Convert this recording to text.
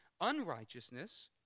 unrighteousness